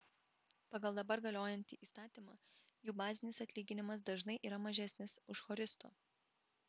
pagal dabar galiojantį įstatymą jų bazinis atlyginimas dažnai yra mažesnis už choristo